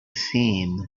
seen